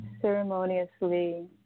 ceremoniously